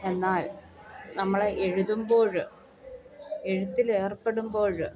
എന്നാൽ നമ്മൾ എഴുതുമ്പോൾ എഴുത്തിൽ ഏർപ്പെടുമ്പോൾ